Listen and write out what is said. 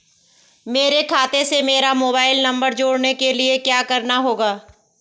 मेरे खाते से मेरा मोबाइल नम्बर जोड़ने के लिये क्या करना होगा?